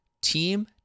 team